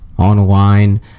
online